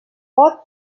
pot